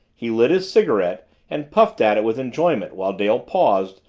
he lit his cigarette and puffed at it with enjoyment while dale paused,